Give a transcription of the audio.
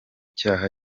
cyaha